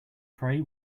pray